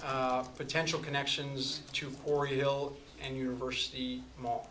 and potential connections to or hill and university mall